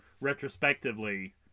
retrospectively